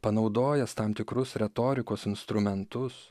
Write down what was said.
panaudojęs tam tikrus retorikos instrumentus